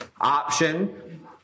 Option